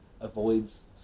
avoids